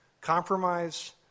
Compromise